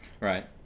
right